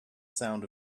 sound